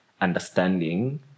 understanding